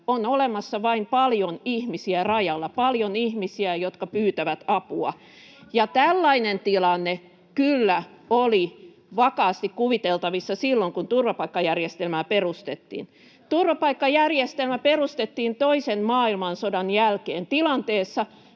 On olemassa vain paljon ihmisiä rajalla — paljon ihmisiä, jotka pyytävät apua. Ja tällainen tilanne kyllä oli vakaasti kuviteltavissa silloin, kun turvapaikkajärjestelmää perustettiin. Turvapaikkajärjestelmä perustettiin toisen maailmansodan jälkeen tilanteessa,